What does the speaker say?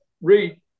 read